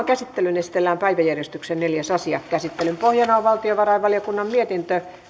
käsittelyyn esitellään päiväjärjestyksen neljäs asia käsittelyn pohjana on valtiovarainvaliokunnan mietintö